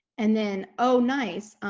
and then. oh nice!